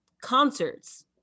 concerts